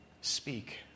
speak